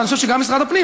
אני חושב שגם משרד הפנים